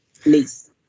please